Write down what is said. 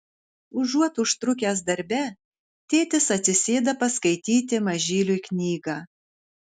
užuot užtrukęs darbe tėtis atsisėda paskaityti mažyliui knygą